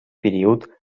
период